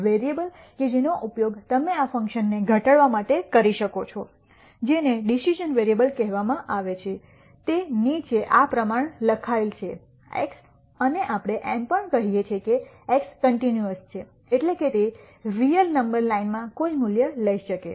અને વેરીએબલ કે જેનો ઉપયોગ તમે આ ફંક્શનને ઘટાડવા માટે કરી શકો છો જેને ડિસિશ઼ન વેરીએબલ કહેવામાં આવે છે તે નીચે આ પ્રમાણે લખાયેલ છે x અને આપણે એમ પણ કહીએ છીએ કે એક્સ કન્ટિન્યૂઅસ છે એટલે કે તે રીયલ નંબર લાઇનમાં કોઈ મૂલ્ય લઈ શકે